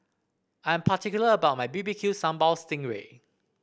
I'm particular about my B B Q Sambal Sting Ray